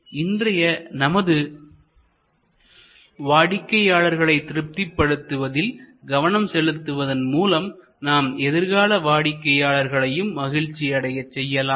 எனவே இன்றைய நமது வாடிக்கையாளர்களை திருப்திப்படுத்துவதில் கவனம் செலுத்துவதன் மூலம் நாம் எதிர்கால வாடிக்கையாளர்களையும் மகிழ்ச்சி அடையச் செய்யலாம்